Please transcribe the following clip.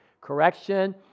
Correction